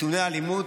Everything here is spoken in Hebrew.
נתוני אלימות,